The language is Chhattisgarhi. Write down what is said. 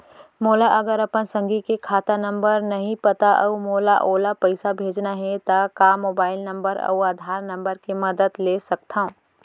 मोला अगर अपन संगी के खाता नंबर नहीं पता अऊ मोला ओला पइसा भेजना हे ता का मोबाईल नंबर अऊ आधार नंबर के मदद ले सकथव?